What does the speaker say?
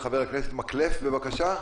חבר הכנסת אורי מקלב, בבקשה.